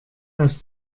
aus